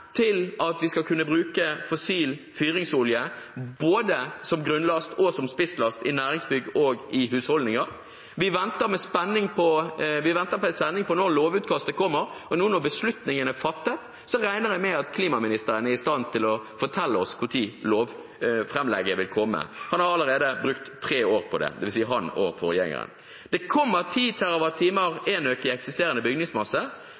til at vi skal kunne bruke fossil fyringsolje både som grunnlast og som spisslast i næringsbygg og i husholdninger. Vi venter i spenning på når lovutkastet kommer. Nå når beslutningen er fattet, regner jeg med at klimaministeren er i stand til å fortelle oss når lovframlegget vil komme. Han og forgjengeren har allerede brukt tre år på det. Det kommer et mål om 10 TWh redusert energibruk i eksisterende bygningsmasse,